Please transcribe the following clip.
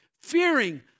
Fearing